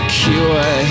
cure